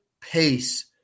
pace